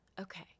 okay